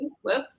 Whoops